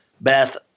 Beth